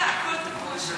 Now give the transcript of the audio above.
כרגע הכול תקוע שם.